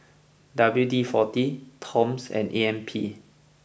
W D forty Toms and A M P